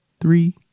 Three